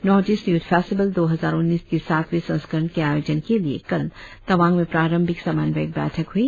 north east youth festival दो हजार उन्नीस के सातवें संस्करण के आयोजन के लिए कल तवांग में प्रारंभिक समन्वयक बैठक हुई